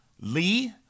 Lee